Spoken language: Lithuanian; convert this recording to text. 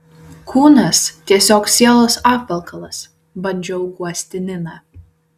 kūnas tiesiog sielos apvalkalas bandžiau guosti niną